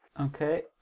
Okay